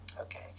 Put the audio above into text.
Okay